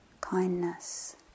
kindness